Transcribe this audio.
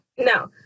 No